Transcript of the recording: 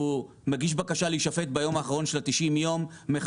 הוא מגיש בקשה להישפט ביום האחרון לקראת תום 90 יום מהדוח.